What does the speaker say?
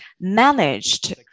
managed